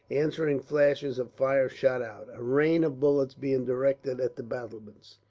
answering flashes of fire shot out, a rain of bullets being directed at the battlements.